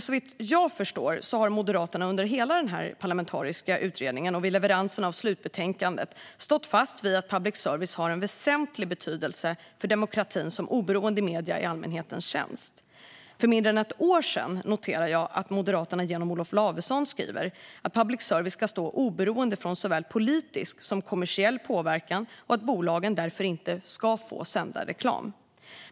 Såvitt jag förstår har Moderaterna under hela den parlamentariska utredningen och vid leveransen av slutbetänkandet stått fast vid att public service har en väsentlig betydelse för demokratin som oberoende medier i allmänhetens tjänst. Jag noterar att Moderaterna genom Olof Lavesson för mindre än ett år sedan skrev att public service ska stå oberoende från såväl politisk som kommersiell påverkan och att bolagen därför inte ska få sända reklam.